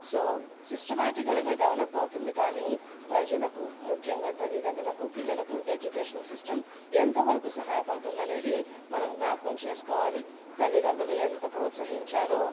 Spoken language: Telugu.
సో సిస్టమ్యాటికల్గా డెవలప్ అవుతుంది కానీ ప్రజలకు ముఖ్యంగా తల్లిదండ్రులకు పిల్లలకు ఎడ్యుకేషనల్ సిస్టం ఎంతవరకు సహాయపడుతుందనేది మనం జ్ఞాపకం చేసుకోవాలి తల్లిదండ్రులు ఎంత ప్రోత్సహించాలో